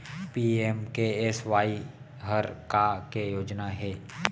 PMKSY हर का के योजना हे?